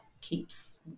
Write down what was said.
keeps